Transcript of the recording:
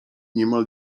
niemal